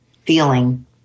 feeling